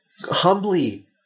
humbly